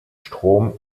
strom